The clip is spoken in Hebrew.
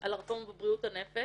על הרפורמה בבריאות הנפש,